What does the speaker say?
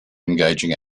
engaging